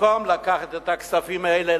במקום לקחת את הכספים האלה,